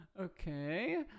okay